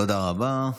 תודה רבה.